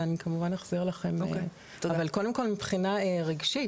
אבל קודם כל מבחינה רגשית,